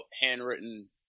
handwritten